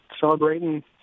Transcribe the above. celebrating